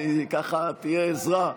ככה תהיה עזרה.